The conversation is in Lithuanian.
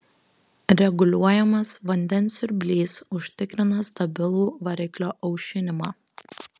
reguliuojamas vandens siurblys užtikrina stabilų variklio aušinimą